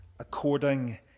according